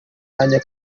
bajya